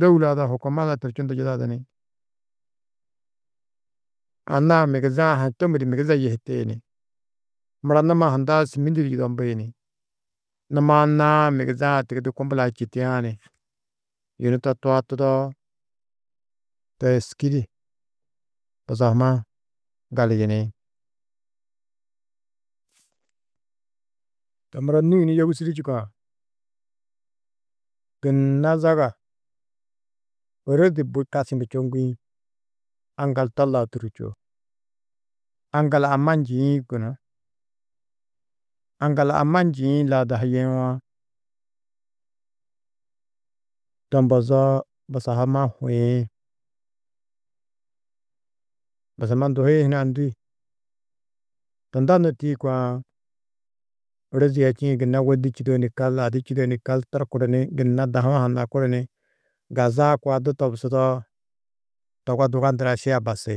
dôwula ada hukumada turčundu yidadu ni anna-ã migiza-ã ha tômudu migize yihiti ni, mura numa hundã sîmidi di yudombi ni, numa annaa-ã migiza-ã tigirdu kumbula du čitiã ni, yunu to tuatudoo, to êski di busamma galiyini. To muro nû yunu yogusidî čûkã gunna zaga ôrozi bui kasčundu čoŋgĩ aŋgal to lau tûrri čûo. Aŋgal amma njîĩ gunú. Aŋgal amma njîĩ lau dahu yewo, to mbozoo busahumma huĩ. Busahumma nduhui hunã ndû? Tunda nû tîyukã ôrozi a čîĩ gunna wô du čîdo ni kal, a di čîdo ni kal, torkuru ni gunna dahu-ã ha nakuru ni gazaa kua du tobusudoo, togo duga ndurã šia basi